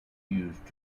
used